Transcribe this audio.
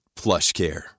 PlushCare